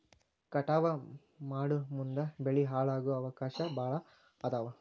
ಕಟಾವ ಮಾಡುಮುಂದ ಬೆಳಿ ಹಾಳಾಗು ಅವಕಾಶಾ ಭಾಳ ಅದಾವ